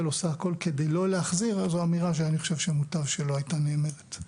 עושה הכול כדי לא להחזיר זו אמירה שאני חושב שמוטב ולא הייתה נאמרת.